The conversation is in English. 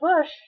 bush